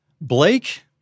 Blake